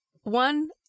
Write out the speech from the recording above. one